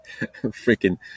freaking